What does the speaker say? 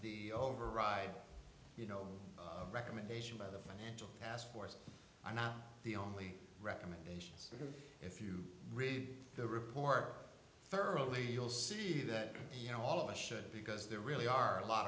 the override you know recommendation by the financial past force are not the only recommendations because if you read the report thorough way you'll see that you know all of us should because there really are a lot